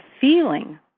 feeling